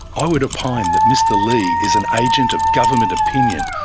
i would opine that mr lei is an agent of government opinion,